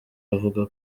avuga